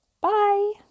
Bye